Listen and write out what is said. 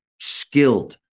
skilled